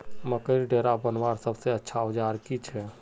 मकईर डेरा बनवार सबसे अच्छा औजार की छे?